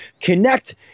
Connect